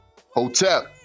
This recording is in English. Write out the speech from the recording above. Hotel